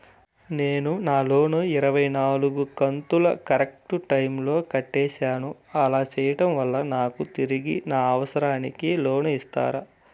నేను నా లోను ఇరవై నాలుగు కంతులు కరెక్టు టైము లో కట్టేసాను, అలా సేయడం వలన నాకు తిరిగి నా అవసరానికి లోను ఇస్తారా?